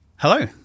Hello